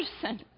person